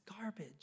garbage